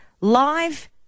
Live